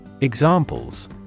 Examples